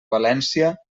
valència